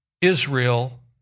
Israel